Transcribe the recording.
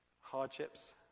hardships